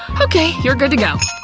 okay, you're good to go.